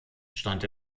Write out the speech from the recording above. stand